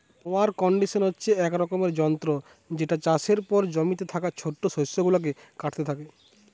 mower condition হচ্ছে এক রকমের যন্ত্র যেটা চাষের পর জমিতে থাকা ছোট শস্য গুলাকে কাটতে থাকে